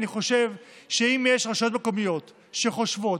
אני חושב שאם יש רשויות מקומיות שחושבות,